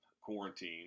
quarantine